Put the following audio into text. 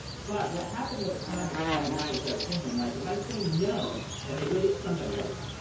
but what happened over time but that night as i was thinking, like, if i say no and they go get somebody else,